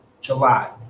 July